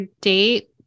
date